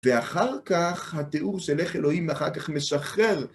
ואחר כך, התיאור של איך אלוהים, אחר כך משחרר